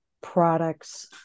products